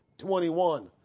21